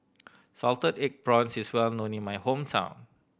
salted egg prawns is well known in my hometown